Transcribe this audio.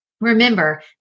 Remember